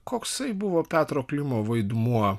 koksai buvo petro klimo vaidmuo